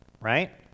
right